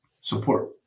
Support